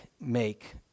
make